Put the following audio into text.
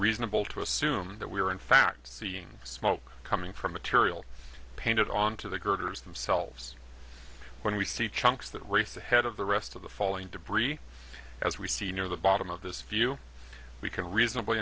reasonable to assume that we are in fact seeing smoke coming from material painted on to the girders themselves when we see chunks that race ahead of the rest of the falling debris as we see near the bottom of this view we can reasonably